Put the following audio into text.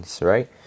right